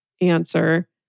answer